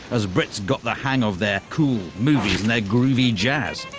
as brits got the hang of their cool movies and their groovy jazz.